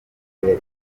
imbere